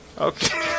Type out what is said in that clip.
Okay